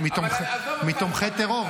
מתומכי טרור.